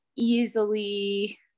Easily